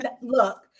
look